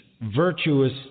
virtuous